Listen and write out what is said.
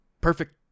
Perfect